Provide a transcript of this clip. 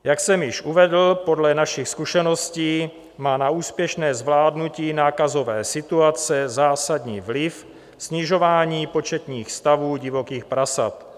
Jak jsem již uvedl, podle našich zkušeností má na úspěšné zvládnutí nákazové situace zásadní vliv snižování početních stavů divokých prasat.